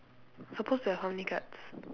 supposed to have how many cards